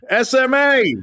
SMA